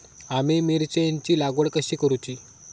आम्ही मिरचेंची लागवड कधी करूची?